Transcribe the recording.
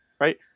right